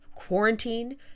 quarantine